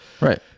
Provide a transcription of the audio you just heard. right